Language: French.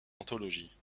anthologies